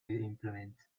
implement